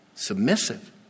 Submissive